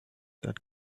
that